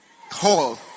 hall